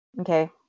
okay